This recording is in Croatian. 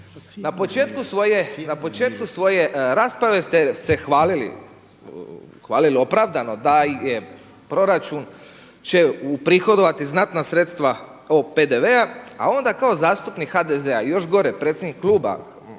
Na početku svoje rasprave ste se hvalili, hvalili opravdano da je proračun, će uprihodovati znatna sredstva ovog PDV-a, a onda kao zastupnik HDZ-a još gore, predsjednik kluba